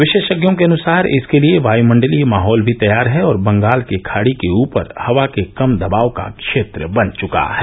विषेशज्ञों के अनुसार इसके लिए वायुमण्डलीय माहौल भी तैयार है और बंगाल के खाड़ी के ऊपर हवा के कम दबाव का क्षेत्र बन चुका है